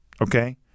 okay